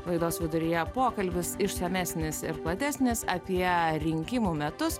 laidos viduryje pokalbis išsamesnis ir platesnis apie rinkimų metus